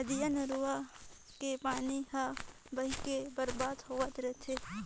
नदिया नरूवा के पानी हर बही के बरबाद होवत रथे